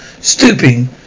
stooping